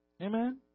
Amen